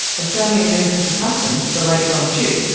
australian minister for customs, the late don chipp,